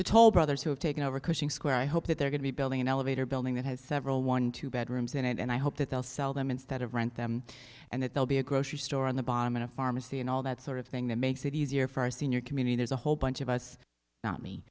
the toll brothers have taken over cushing square i hope that they're going to be building an elevator building that has several one two bedrooms in it and i hope that they'll sell them instead of rent them and that they'll be a grocery store on the bottom and a pharmacy and all that sort of thing that makes it easier for a senior community there's a whole bunch of us not me